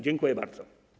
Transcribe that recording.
Dziękuję bardzo.